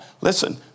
Listen